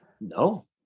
No